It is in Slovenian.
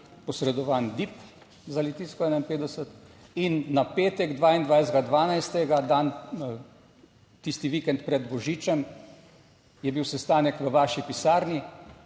posredovan DIP za Litijsko 51 in na petek, 22. 12., dan, tisti vikend pred božičem, je bil sestanek v vaši pisarni,